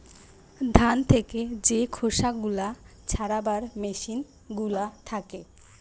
ধান থেকে যে খোসা গুলা ছাড়াবার মেসিন গুলা থাকে